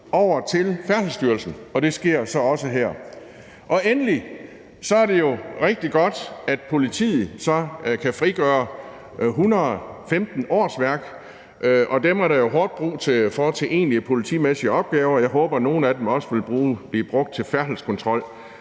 m.v. til Færdselsstyrelsen, og det sker så også med det her forslag. Endelig er det jo rigtig godt, at politiet så kan frigøre 115 årsværk, og dem er der jo hårdt brug for til egentlige politimæssige opgaver, og jeg håber, at nogle af dem også vil blive brugt til færdselskontrol,